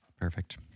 Perfect